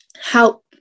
help